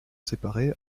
séparés